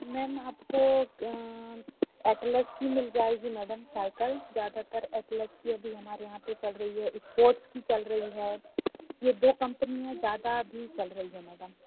ma'am आपको Atlas की मिल जाएगी मैडम साईकल ज़्यादातर एटलस की अभी हमारे यहाँ पर चल रही है स्पोर्ट की चल रही है ये दो कंपनी में ज़्यादा अभी चल रही है मैडम